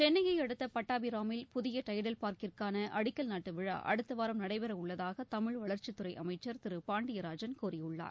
சென்னையை அடுத்த பட்டாபிராமில் புதிய டைடல் பார்க்கிற்கான அடிக்கல் நாட்டு விழா அடுத்த வாரம் நடைபெறவுள்ளதாக தமிழ்வளர்ச்சித் துறை அமைச்சர் திரு பாண்டியராஜன் கூறியுள்ளார்